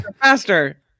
faster